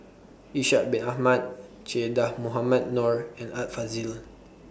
Ishak Bin Ahmad Che Dah Mohamed Noor and Art Fazil